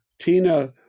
Tina